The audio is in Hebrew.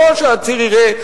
לא שהעציר יראה עורך-דין,